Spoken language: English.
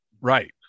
right